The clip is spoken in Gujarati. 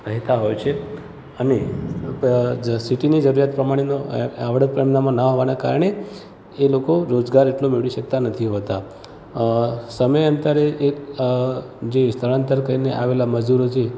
રહેતા હોઈ છે અને જે સિટીની જરૂરિયાત પ્રમાણેનો આવડત એમનામાં ના હોવાના કારણે એ લોકો રોજગાર એટલો મેળવી શકતા નથી હોતા અ સમયાંતરે એક જે સ્થળાંતર કરીને આવેલા મજૂરો છે